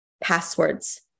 Passwords